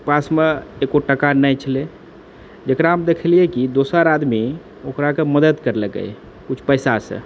पासमे एको टका नहि छलै जेकरा हम देखलिऐ कि दोसर आदमी ओकराकेँ मदद करलकै किछु पैसासँ